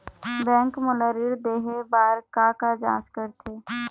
Bank मोला ऋण देहे बार का का जांच करथे?